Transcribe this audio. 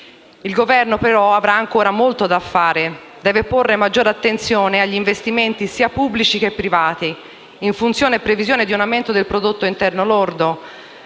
Il Governo, però, avrà ancora molto da fare: deve porre maggiore attenzione agli investimenti, sia pubblici che privati, in funzione della previsione di un aumento del prodotto interno lordo